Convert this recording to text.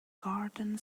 garden